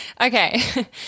Okay